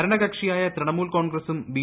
ഭരണകക്ഷിയായ തൃണമൂൽ കോൺഗ്രസ്സും ബി